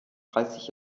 dreißig